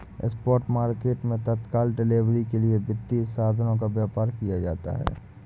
spot market मैं तत्काल delivery के लिए वित्तीय साधनों का व्यापार किया जाता है